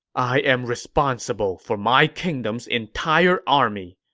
i am responsible for my kingdom's entire army.